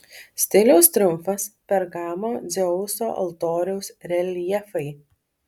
stiliaus triumfas pergamo dzeuso altoriaus reljefai